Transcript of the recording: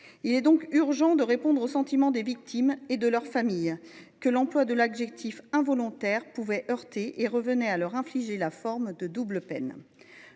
Il était donc urgent de répondre au sentiment des victimes et de leur famille, que l’emploi de l’adjectif « involontaire » pouvait heurter en venant leur infliger une forme de double peine.